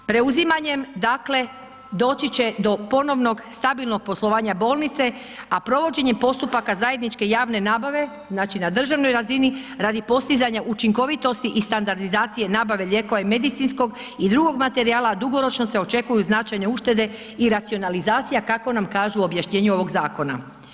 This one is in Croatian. Preuzimanjem, dakle, doći će do ponovnog stabilnog poslovanja bolnice, a provođenje postupaka zajedničke javne nabave, znači na državnoj razini, radi postizanja učinkovitosti i standardizacije nabave lijekova i medicinskog i drugog materijala, dugoročno se očekuju značajne uštede i racionalizacija, kako nam kažu u objašnjenju ovog zakona.